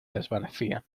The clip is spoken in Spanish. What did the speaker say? desvanecían